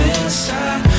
inside